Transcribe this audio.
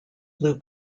blue